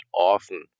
often